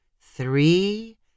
Three